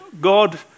God